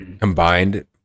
combined